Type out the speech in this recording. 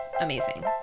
amazing